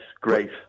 great